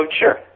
sure